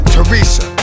Teresa